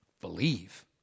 Believe